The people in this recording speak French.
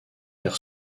car